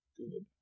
good